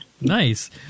Nice